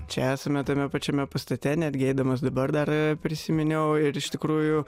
čia esame tame pačiame pastate netgi eidamas dabar dar prisiminiau ir iš tikrųjų